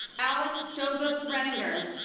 alex joseph renninger.